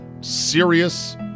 serious